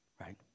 right